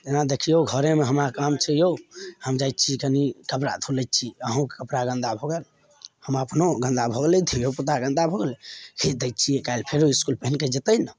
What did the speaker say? एना देखियौ घरेमे हमरा काम छै यौ हम जाइत छी कनी कपड़ा धो लै छी अहुँकऽ कपड़ा गन्दा भऽ गेल हमरा अपनो गन्दा भऽ गेलै धिओपुता गन्दा भऽ गेलै खीच दै छी काल्हि फेरो इसकुल पेन्ह के जयतै ने